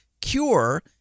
cure